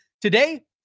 Today